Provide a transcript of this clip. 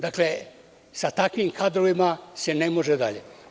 Dakle, sa takvim kadrovima se ne može dalje.